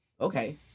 Okay